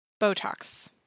Botox